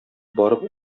барып